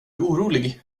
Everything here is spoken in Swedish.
orolig